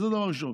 זה, דבר ראשון.